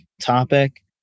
topic